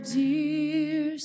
dear